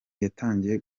yatangiye